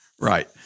Right